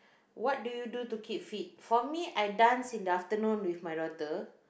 what do you do to keep fit for me I dance in the afternoon with my daughter